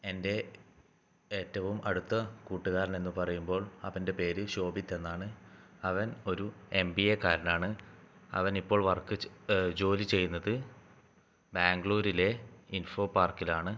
എൻ്റെ ഏറ്റവും അടുത്ത കൂട്ടുകാരൻ എന്ന് പറയുമ്പോൾ അവൻ്റെ പേര് ശോഭിത്ത് എന്നാണ് അവൻ ഒരു എം ബി എക്കാരനാണ് അവൻ ഇപ്പോൾ വർക്ക് ജോലി ചെയ്യുന്നത് ബാംഗ്ലൂരിലെ ഇൻഫോ പാർക്കിലാണ്